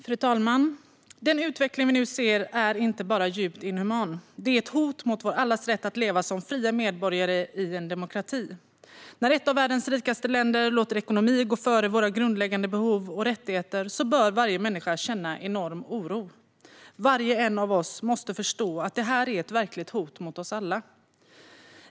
Fru talman! Den utveckling vi nu ser är inte bara djupt inhuman. Den är ett hot mot allas vår rätt att leva som fria medborgare i en demokrati. När ett av världens rikaste länder låter ekonomi gå före våra grundläggande behov och rättigheter bör varje människa känna enorm oro. Var och en av oss måste förstå att det här är ett verkligt hot mot oss alla.